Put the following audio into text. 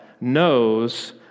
knows